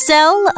Sell